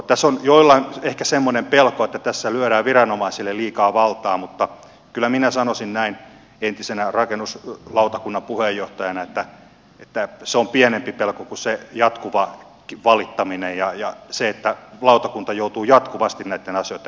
tässä on joillain ehkä semmoinen pelko että tässä lyödään viranomaisille liikaa valtaa mutta kyllä minä sanoisin näin entisenä rakennuslautakunnan puheenjohtajana että se on pienempi pelko kuin se jatkuva valittaminen ja se että lautakunta joutuu jatkuvasti näitten asioitten kanssa tappelemaan